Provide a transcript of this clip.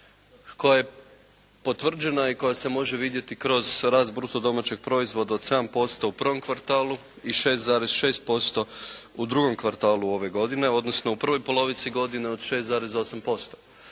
koja je potvrđena i koja se može vidjeti kroz rast bruto domaćeg proizvoda od 7% u prvom kvartalu i 6,6% u drugom kvartalu ove godine. Odnosno u prvoj polovici godine od 6,8%.